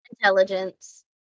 Intelligence